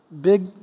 big